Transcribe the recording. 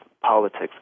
politics